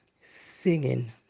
singing